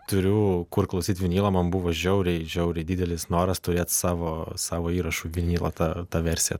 turiu kur klausyt vinilą man buvo žiauriai žiauriai didelis noras turėt savo savo įrašų vinilą tą tą versiją